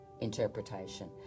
interpretation